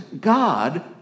God